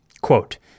Quote